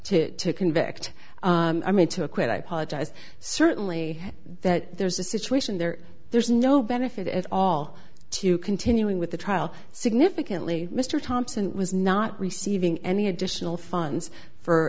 to convict i mean to acquit i apologize certainly that there's a situation there there's no benefit at all to continuing with the trial significantly mr thompson was not receiving any additional funds for